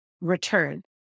return